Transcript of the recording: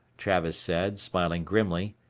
travis said, smiling grimly.